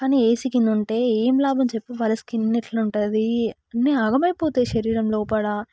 కానీ ఏసీ కింద ఉంటే ఏం లాభం చెప్పు వాళ్ళ స్కిన్ ఎట్ల ఉంటుంది అన్నీ ఆగమయిపోతాయి శరీరం లోపల